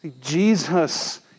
Jesus